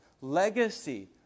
Legacy